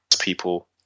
people